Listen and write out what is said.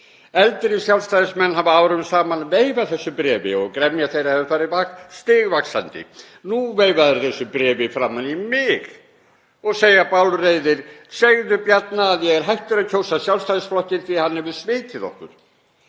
Eldri Sjálfstæðismenn hafa árum saman veifað þessu bréfi og gremja þeirra hefur farið stigvaxandi. Nú veifa þeir þessu bréfi framan í mig og segja bálreiðir: Segðu Bjarna að ég sé hættur að kjósa Sjálfstæðisflokkinn því að hann hefur svikið okkur.